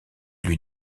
lui